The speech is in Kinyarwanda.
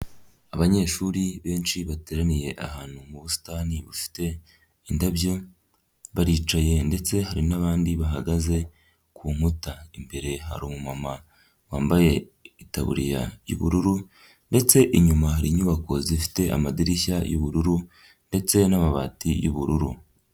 Abanyeshuri benshi bateraniye ahantu mu busitani bufite indabyo, baricaye ndetse hari nabandi bahagaze ku nkuta imbere, hari umumama wambaye ibitaburiya y'ubururu ndetse inyuma hari inyubako zifite amadirishya y'ubururu ndetse n'amabati y'ubururu.